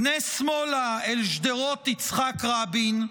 פנה שמאלה אל שדרות יצחק רבין.